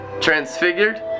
Transfigured